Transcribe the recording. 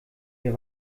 wir